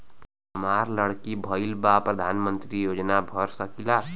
हमार लड़की भईल बा प्रधानमंत्री योजना भर सकीला?